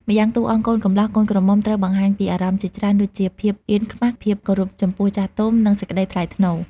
ម្យ៉ាង តួអង្គកូនកំលោះ កូនក្រមុំត្រូវបង្ហាញពីអារម្មណ៍ជាច្រើនដូចជា ភាពអៀនខ្មាស ភាពគោរពចំពោះចាស់ទុំ និង សេចក្តីថ្លៃថ្នូរ។